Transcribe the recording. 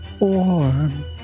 Warm